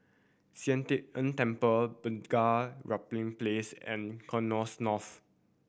Sian Teck Tng Temple Bunga Rampai Place and North